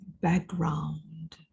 background